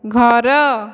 ଘର